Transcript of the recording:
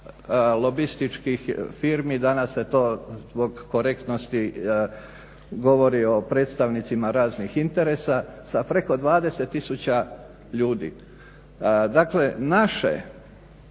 lobističkih firmi. Danas se to zbog korektnosti govori o predstavnicima raznih interesa sa peko 20000 ljudi. Dakle, naše